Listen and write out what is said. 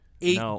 eight